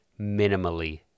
minimally